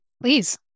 Please